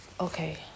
Okay